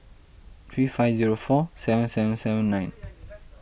three five zero four seven seven seven nine